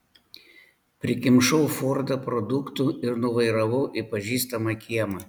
prikimšau fordą produktų ir nuvairavau į pažįstamą kiemą